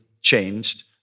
changed